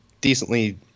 decently